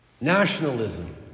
nationalism